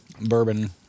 bourbon